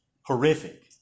horrific